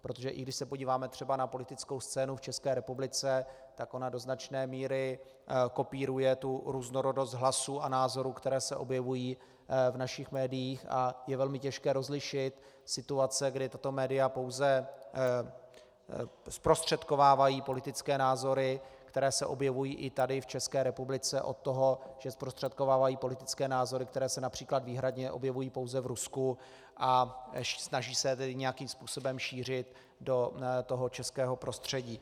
Protože i když se podíváme třeba na politickou scénu v České republice, tak ona do značné míry kopíruje tu různorodost hlasů a názorů, které se objevují v našich médiích, a je velmi těžké rozlišit situace, kdy tato média pouze zprostředkovávají politické názory, které se objevují i tady v České republice, od toho, že zprostředkovávají politické názory, které se například výhradně objevují pouze v Rusku a snaží se nějakým způsobem šířit do českého prostředí.